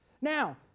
now